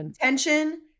tension